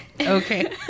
Okay